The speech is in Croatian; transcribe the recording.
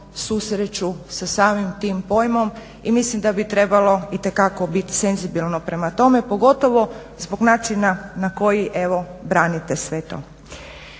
susreću sa samim tim pojmom i mislim da bi trebalo itekako bit senzibilno prema tome, pogotovo zbog načina na koji evo branite sve to.